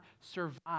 survive